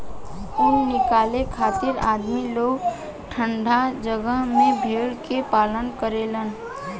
ऊन निकाले खातिर आदमी लोग ठंडा जगह में भेड़ के पालन करेलन